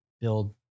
build